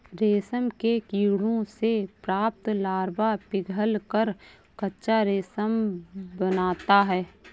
रेशम के कीड़ों से प्राप्त लार्वा पिघलकर कच्चा रेशम बनाता है